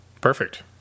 Perfect